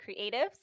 creatives